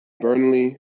Burnley